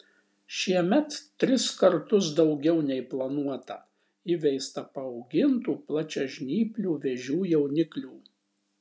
šiemet tris kartus daugiau nei planuota įveista paaugintų plačiažnyplių vėžių jauniklių